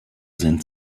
sind